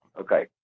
Okay